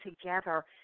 together